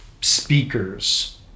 speakers